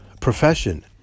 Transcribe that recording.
profession